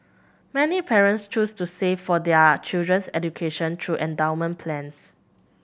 many parents choose to save for their children's education through endowment plans